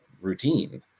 routine